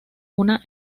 una